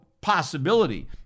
possibility